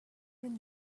you